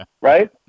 Right